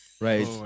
Right